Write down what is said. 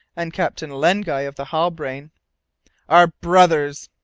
and captain len guy of the halbrane are brothers!